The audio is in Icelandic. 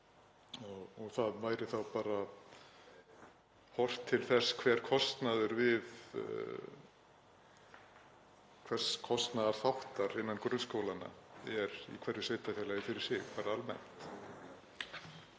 Það væri bara horft til þess hver kostnaður við hvern kostnaðarþátt er innan grunnskólanna í hverju sveitarfélagi fyrir sig almennt.